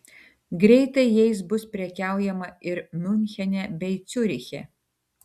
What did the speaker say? greitai jais bus prekiaujama ir miunchene bei ciuriche